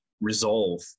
resolve